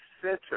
center